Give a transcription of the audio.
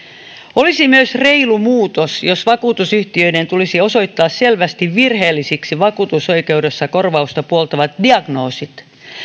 olisi myös reilu muutos jos vakuutusyhtiöiden tulisi osoittaa selvästi virheellisiksi vakuutusoikeudessa korvausta puoltavat diagnoosit